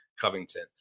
Covington